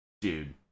Dude